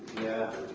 yeah.